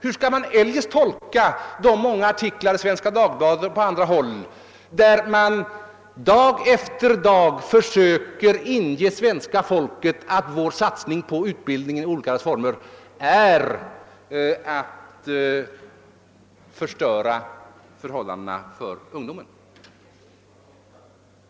Hur skall vi eljest tolka de många artiklar i Svenska Dagbladet och på andra håll, i vilka man dag efter dag försöker intala svenska folket att vår satsning på utbildning i olika former betyder att vi förstör förhållandena för ungdomen?